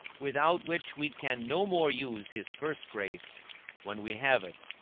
without which we can no more use his first grace when we have it,